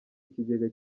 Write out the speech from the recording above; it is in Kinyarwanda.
ikigega